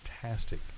fantastic